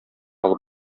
алып